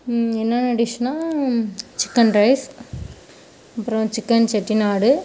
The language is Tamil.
என்னான டிஷ்னால் சிக்கன் ரைஸ் அப்புறம் சிக்கன் செட்டிநாடு